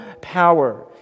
power